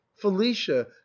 felicia